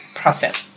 process